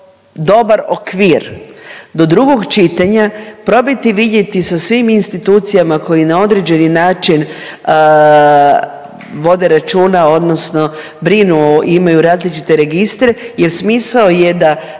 dobar okvir. Do drugog čitanja probajte vidjeti sa svim institucijama koji na određeni način vode računa, odnosno brinu, imaju različite registre jer smisao je da